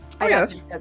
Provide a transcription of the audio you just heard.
yes